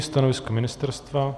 Stanovisko ministerstva?